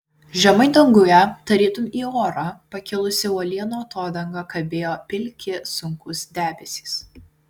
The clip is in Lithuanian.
žemai danguje tarytum į orą pakilusi uolienų atodanga kabėjo pilki sunkūs debesys